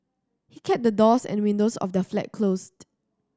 he kept the doors and windows of their flat closed